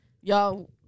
y'all